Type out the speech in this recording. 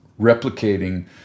replicating